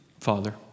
Father